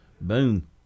boom